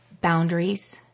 boundaries